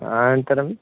अनन्तरम्